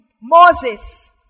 Moses